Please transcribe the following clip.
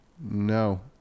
No